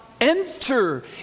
enter